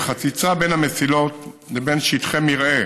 חציצה בין המסילות לבין שטחי מרעה